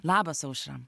labas aušra